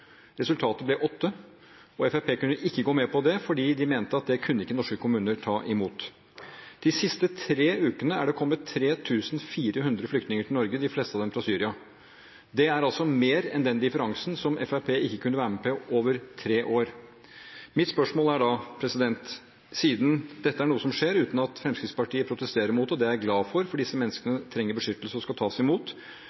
Resultatet ble 8 000, og Fremskrittspartiet kunne ikke gå med på det fordi de mente at det kunne ikke norske kommuner ta imot. De siste tre ukene er det kommet 3 400 flyktninger til Norge. De fleste av dem fra Syria. Det er altså mer enn den differansen som Fremskrittspartiet ikke kunne være med på over tre år. Mitt spørsmål er da, siden dette er noe som skjer uten at Fremskrittspartiet protesterer mot det, og det er jeg glad for, for disse menneskene trenger beskyttelse og skal tas imot: